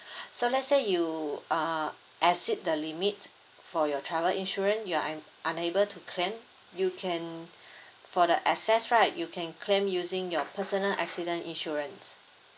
so let's say you uh exceed the limit for your travel insurance you are un~ unable to claim you can for the excess right you can claim using your personal accident insurance